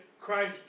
Christ